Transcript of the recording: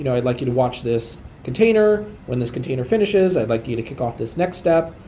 and i'd like you to watch this container. when this container finishes, i'd like you to kick off this next step.